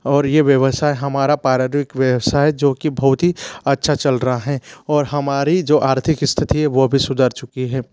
और ये व्यवसाय हमारा पारिवारिक व्यवसाय जो की बहुत ही अच्छा चल रहा है और हमारी जो आर्थिक स्थिति है वो भी सुधर चुकी है